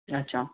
আচ্ছা